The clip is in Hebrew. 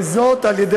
וזאת על-ידי